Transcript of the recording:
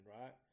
right